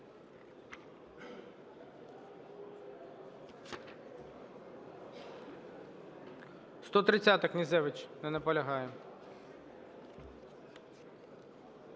130-а, Князевич. Не наполягає.